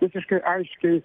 visiškai aiškiai